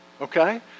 Okay